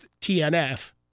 TNF